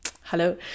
Hello